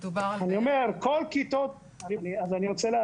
400 בתי ספר מחולקים לארבעה מודלים שונים,